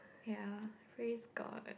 ya praise God